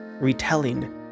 retelling